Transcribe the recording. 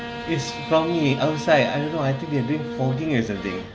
it's from the outside I don't know I think they're doing honking or something